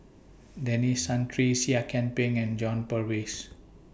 Denis Santry Seah Kian Peng and John Purvis